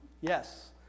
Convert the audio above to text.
Yes